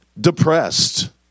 depressed